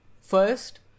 first